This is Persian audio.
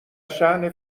شأن